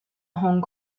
هنگ